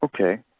okay